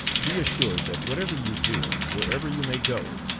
be assured that whatever you do, wherever you may go,